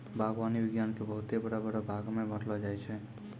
बागवानी विज्ञान के बहुते बड़ो बड़ो भागमे बांटलो जाय छै